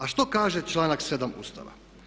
A što kaže članak 7. Ustava?